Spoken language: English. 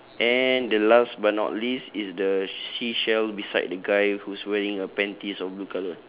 and the last but not least is the seashell beside the guy who's wearing a panties of blue colour